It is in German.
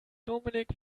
dominik